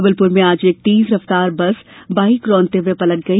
जबलपुर में आज एक तेज रफ्तार बस बाइक रौदते हुए पलट गई